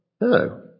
no